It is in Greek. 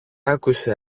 άκουσε